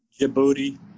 Djibouti